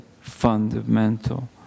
fundamental